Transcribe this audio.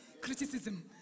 criticism